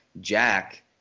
Jack